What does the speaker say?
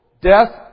death